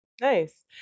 Nice